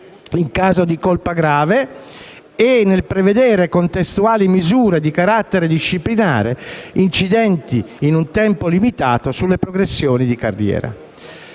in caso di colpa grave, dall'altra nel prevedere contestuali misure di carattere disciplinare incidenti per tempo limitato nelle progressioni di carriera.